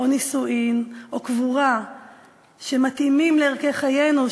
נישואים או קבורה שמתאימים לערכי חיינו,